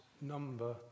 number